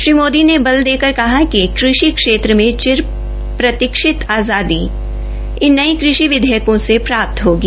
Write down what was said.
श्री मोदी ने बल देकर कहा कि कृषि क्षेत्रों में चिर प्रतीक्षित आज़ादी इन नये विधेयकों से प्राप्त् होगी